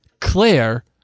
Claire